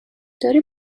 داری